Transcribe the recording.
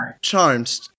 Charmed